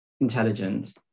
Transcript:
intelligent